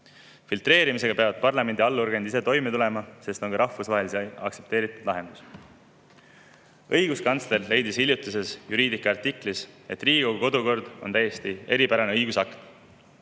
Filtreerimisega peavad parlamendi allorganid ise toime tulema, see on ka rahvusvaheliselt aktsepteeritud lahendus." Õiguskantsler on hiljutises Juridica artiklis leidnud, et Riigikogu kodukord on täiesti eripärane õigusakt,